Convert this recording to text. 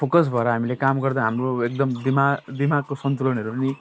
focus भएर हामीले काम गर्दा हाम्रो एकदम दिमाग दिमागको सन्तुलनहरू पनि